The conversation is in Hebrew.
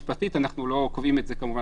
מזיקים.